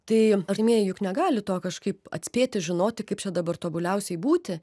tai artimieji juk negali to kažkaip atspėti žinoti kaip čia dabar tobuliausiai būti